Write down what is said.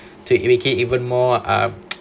to make it even more uh